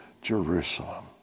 Jerusalem